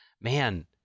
Man